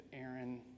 Aaron